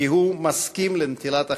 כי הוא מסכים לנטילת החסינות.